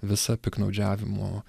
visą piktnaudžiavimo